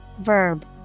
Verb